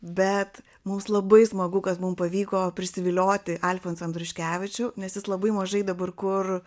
bet mums labai smagu kad mum pavyko prisivilioti alfonsą andriuškevičių nes jis labai mažai dabar kur